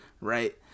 right